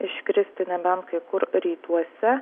iškristi nebent kai kur rytuose